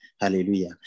Hallelujah